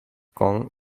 con